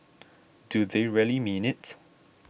do they really mean it